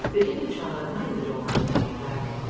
bidding the child mind the door until he came back,